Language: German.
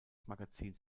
magazins